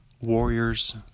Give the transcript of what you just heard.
Warriors